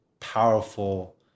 powerful